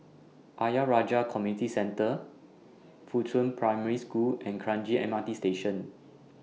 Ayer Rajah Community Center Fuchun Primary School and Kranji M R T Station